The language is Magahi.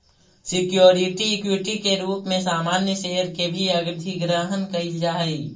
सिक्योरिटी इक्विटी के रूप में सामान्य शेयर के भी अधिग्रहण कईल जा हई